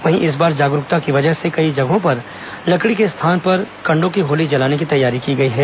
वहीं इस बार जागरूकता की वजह से कई जगहों पर लकड़ी के स्थान पर कण्डों की होली जलाने की तैयारी की गई है